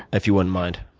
if you wouldn't mind.